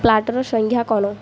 ଫ୍ଲାଟ୍ର ସଂଜ୍ଞା କ'ଣ